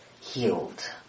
healed